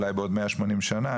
אולי בעוד 180 שנה,